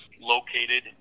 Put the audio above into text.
located